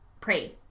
pray